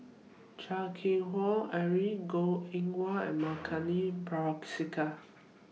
Chan Keng Howe Harry Goh Eng Wah and Milenko Prvacki